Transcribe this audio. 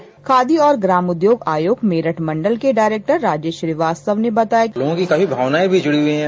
खादी और ग्राम उद्योग आयोग मेरठ मंडल के डायरेक्टर राजेश श्रीवास्तव ने बताया कि बाइट लोगों की काफी भावना भी जुड़ी हुई हैं